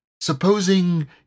Supposing